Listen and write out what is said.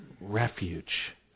Refuge